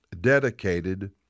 dedicated